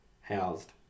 housed